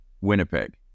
Winnipeg